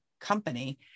company